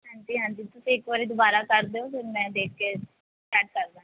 ਹਾਂਜੀ ਹਾਂਜੀ ਤੁਸੀਂ ਇੱਕ ਵਾਰ ਦੁਬਾਰਾ ਕਰ ਦਿਓ ਫਿਰ ਮੈਂ ਦੇਖ ਕੇ ਸੈਂਡ ਕਰ ਦਾਂਗੀ